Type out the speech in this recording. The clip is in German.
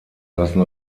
lassen